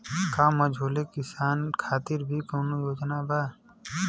का मझोले किसान खातिर भी कौनो योजना बा?